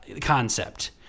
concept